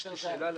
אפשר שאלה?